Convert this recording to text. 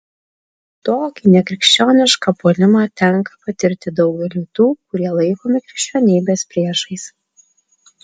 tokį nekrikščionišką puolimą tenka patirti daugeliui tų kurie laikomi krikščionybės priešais